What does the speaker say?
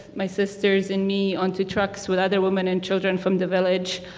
my sisters, and me onto trucks with other women and children from the village